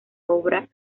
obra